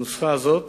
הנוסחה הזאת